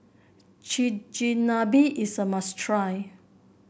chigenabe is a must try